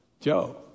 Joe